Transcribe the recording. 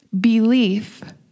belief